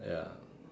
ya